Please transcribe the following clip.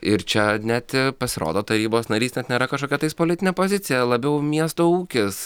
ir čia net pasirodo tarybos narys net nėra kažkokia tais politinė pozicija labiau miesto ūkis